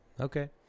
Okay